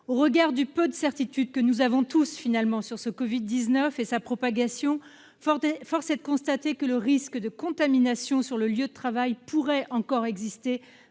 Au regard du peu de certitudes que nous avons sur le Covid-19 et sa propagation, force est de constater que le risque de contamination sur le lieu de travail pourrait encore exister